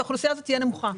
שהאוכלוסייה הזאת תהיה נמוכה.